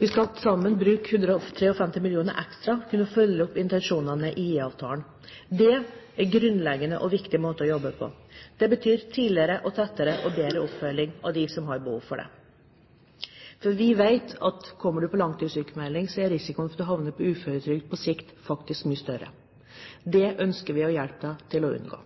Vi skal til sammen bruke 153 mill. kr ekstra for å kunne følge opp intensjonene i IA-avtalen. Det er en grunnleggende og viktig måte å jobbe på. Det betyr tidligere, tettere og bedre oppfølging av dem som har behov for det. For vi vet at kommer du på langtidssykmelding, er risikoen for å havne på uføretrygd på sikt faktisk mye større. Det ønsker vi å hjelpe dem til å unngå.